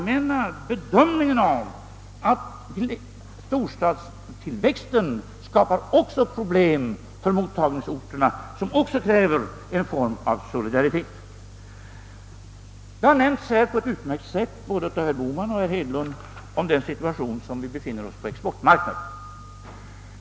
Men storstadstillväxten skapar problem också för mottagningsorten, vilket också kräver en form av solidaritet. Det har på ett utmärkt sätt, både av herr Bohman och herr Hedlund, talats om den situation som råder på exportmarknaden.